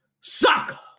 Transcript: sucker